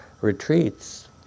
retreats